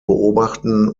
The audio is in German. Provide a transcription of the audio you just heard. beobachten